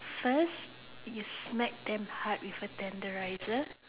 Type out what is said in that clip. first you smack damn hard with a tenderizer